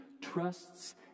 trusts